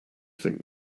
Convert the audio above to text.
think